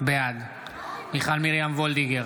בעד מיכל מרים וולדיגר,